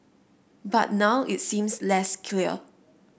but now it seems less clear